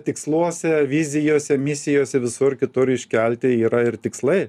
tiksluose vizijose misijose visur kitur iškelti yra ir tikslai